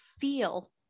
feel